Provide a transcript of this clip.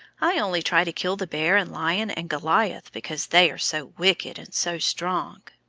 i only try to kill the bear and lion and goliath, because they're so wicked and so strong.